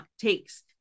takes